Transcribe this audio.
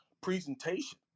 presentation